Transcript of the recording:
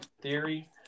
theory